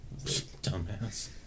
Dumbass